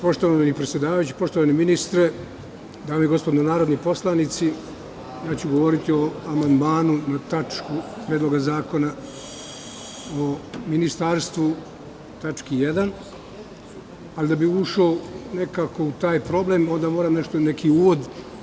Poštovani predsedavajući, poštovani ministre, dame i gospodo narodni poslanici, govoriću o amandmanu na tačku predloga zakona u ministarstvu u tački 1, ali da bih ušao nekako u taj problem, onda moram nešto, neki uvod.